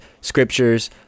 scriptures